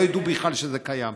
לא ידעו בכלל שזה קיים.